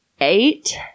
eight